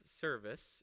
service